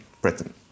Britain